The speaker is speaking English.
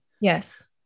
Yes